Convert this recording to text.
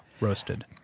Roasted